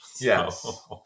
Yes